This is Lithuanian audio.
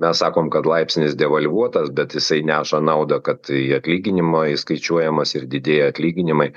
mes sakom kad laipsnis devalvuotas bet jisai neša naudą kad į atlyginimą įskaičiuojamas ir didėja atlyginimai